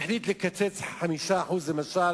החליט לקצץ 5%, למשל,